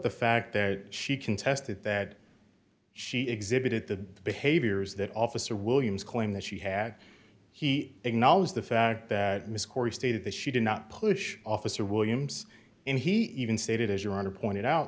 the fact that she contested that she exhibited the behaviors that officer williams claimed that she had he acknowledged the fact that ms corey stated that she did not push officer williams and he even stated as your honor pointed out